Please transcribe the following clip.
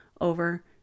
over